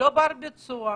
ולא ברות ביצוע,